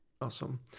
Awesome